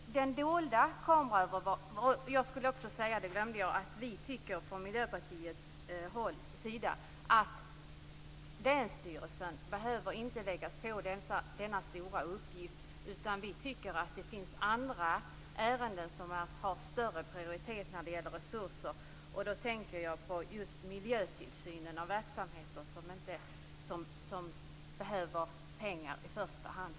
Vi tycker från Miljöpartiets sida att man inte behöver lägga denna stora uppgift på länsstyrelsen. Vi tycker i stället att det finns andra ärenden som har större prioritet när det gäller resurser. Jag tänker då på miljötillsynen av verksamheter, som behöver pengar i första hand.